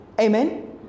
Amen